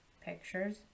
pictures